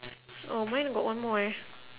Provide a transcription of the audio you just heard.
orh mine got one more eh